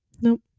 nope